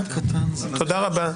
תודה רבה.